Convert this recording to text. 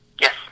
Yes